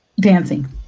Dancing